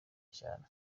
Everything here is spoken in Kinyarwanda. cyane